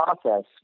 process